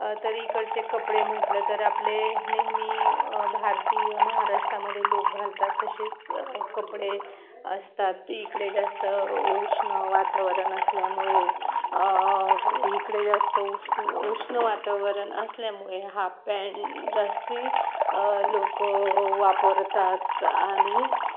तर इकडचे कपडे म्हटलं तर आपले नेहमी भारतीय महाराष्ट्रामध्ये लोक घालतात तसेच कपडे असतात इकडे जास्त उष्ण वातावरण असल्यामुळे इकडे जास्त उष्ण उष्ण वातावरण असल्यामुळे हापपॅन्ट जास्त लोकं वापरतात आणि